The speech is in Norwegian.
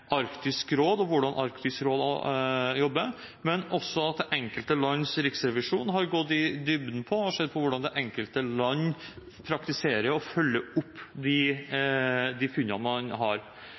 Arktisk råd og hvordan Arktisk råd jobber, og også at enkelte lands riksrevisjoner har gått i dybden og sett på praksis i det enkelte land og hvordan de følger opp funnene.